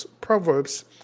Proverbs